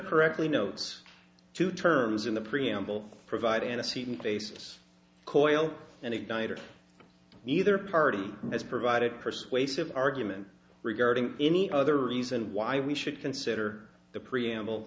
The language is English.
correctly notes two terms in the preamble provide an assumed basis coil and igniter neither party has provided persuasive argument regarding any other reason why we should consider the preamble